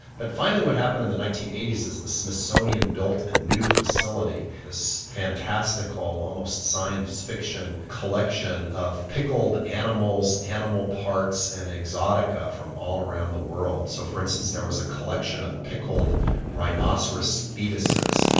but finally what happened in the nineteen eighty s is the smithsonian built a new facility, this fantastical almost science-fiction collection of pickled animals, animal parts and exotica from all around the world. so for instance there was a collection of pickled rhinoceros foetuses,